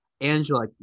Angela